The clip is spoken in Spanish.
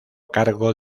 cargo